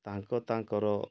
ତାଙ୍କ ତାଙ୍କର